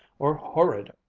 or horrid,